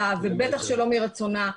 ביוזמתה ובטח לא מרצונה,